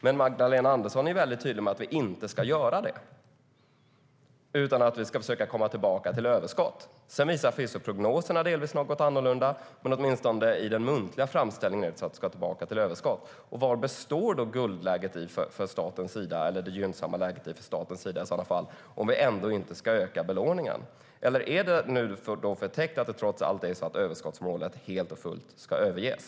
Men Magdalena Andersson är väldigt tydlig med att vi inte ska göra det, utan vi ska försöka att komma tillbaka till överskott. Sedan visar prognoserna delvis något annorlunda, men i den muntliga framställningen sägs att vi ska tillbaka till överskott. Vad består då guldläget eller det gynnsamma läget i för staten, om man ändå inte ska öka belåningen? Eller är det förtäckt att överskottsmålet trots allt helt och fullt ska överges?